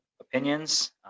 opinions